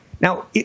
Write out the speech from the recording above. Now